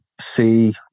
See